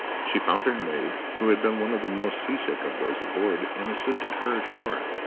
she found her maid who had been one of the most sea-sick of those aboard and assisted her ashore,